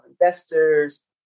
investors